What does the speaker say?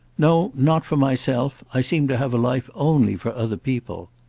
no not for myself. i seem to have a life only for other people.